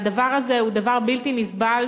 והדבר הזה הוא דבר בלתי נסבל,